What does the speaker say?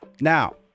Now